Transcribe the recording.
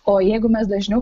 o jeigu mes dažniau